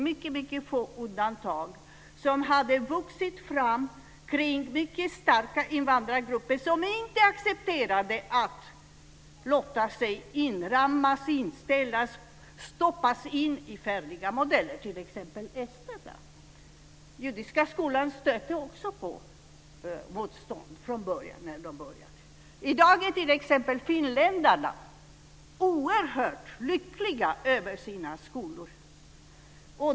Det var få undantag som växte fram kring mycket starka invandrargrupper, som inte accepterade att låta sig inramas, stoppas in i färdiga modeller. Det gällde t.ex. estländarna. Judiska skolan stötte också på motstånd från början. I dag är t.ex. finländarna oerhört lyckliga över sina skolor.